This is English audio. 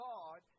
God